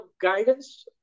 guidance